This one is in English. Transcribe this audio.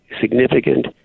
significant